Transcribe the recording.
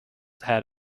had